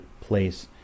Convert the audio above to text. place